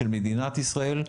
של מדינת ישראל,